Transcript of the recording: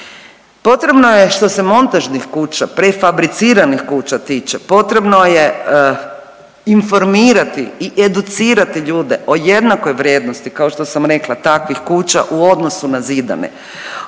Potrebno je što se montažnih kuća prefabriciranih kuća tiče, potrebno je informirati i educirati ljude o jednakoj vrijednosti kao što sam rekla takvih kuća u odnosu na zidane.